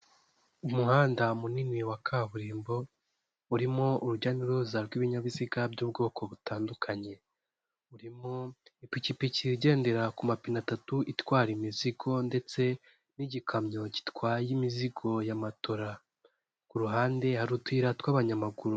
Umuhanda munini wa kaburimbo, urimo urujya n'uruza rw'ibinyabiziga by'ubwoko butandukanye. Urimo ipikipiki igendera ku mapine atatu, itwara imizigo, ndetse n'igikamyo gitwaye imizigo ya matora. Ku ruhande hari utuyira tw'abanyamaguru.